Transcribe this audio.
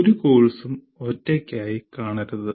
ഒരു കോഴ്സും ഒറ്റക്കായി കാണരുത്